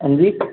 हां जी